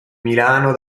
milano